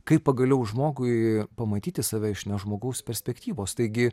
kaip pagaliau žmogui pamatyti save iš ne žmogaus perspektyvos taigi